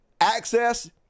access